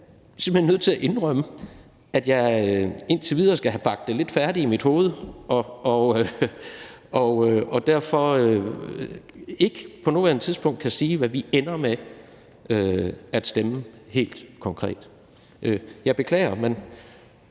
er jeg simpelt hen nødt til at indrømme, at jeg indtil videre skal have bagt det lidt færdigt i mit hoved og derfor ikke på nuværende tidspunkt kan sige, hvad vi ender med at stemme helt konkret. Jeg beklager, men